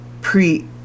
pre